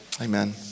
Amen